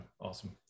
Awesome